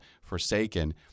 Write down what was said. forsaken